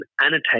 annotate